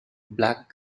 black